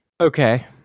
Okay